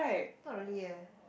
not really leh